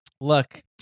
look